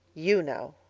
you know.